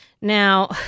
Now